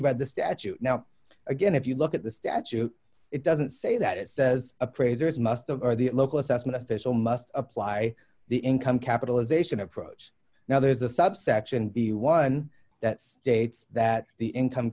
read the statute now again if you look at the statute it doesn't say that it says appraisers must or the local assessment of this all must apply the income capitalization approach now there's a subsection b one that states that the income